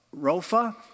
Rofa